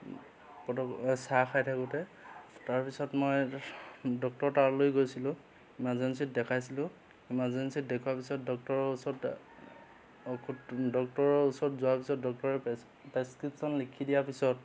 পতক চাহ খাই থাকোঁতে তাৰপিছত মই ডক্তৰৰ তালৈ গৈছিলোঁ ইমাৰ্জেঞ্চিত দেখাইছিলোঁ ইমাৰ্জেঞ্চিত দেখুৱা পিছত ডক্টৰৰ ওচৰত ঔষধ ডক্টৰৰ ওচৰত যোৱাৰ পিছত ডক্টৰে পেছ প্ৰেছক্ৰিপচন লিখি দিয়াৰ পিছত